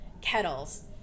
kettles